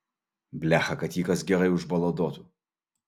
blecha kad jį kas gerai užbaladotų